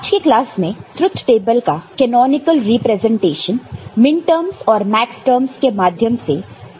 आज की क्लास में ट्रुथ टेबल का कैनॉनिकल रिप्रेजेंटेशन मिनटर्मस और मैक्सटर्मस के माध्यम से का डिस्कशन करेंगे